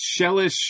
shellish